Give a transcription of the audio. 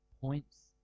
points